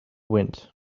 wind